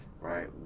right